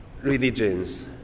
religions